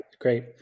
Great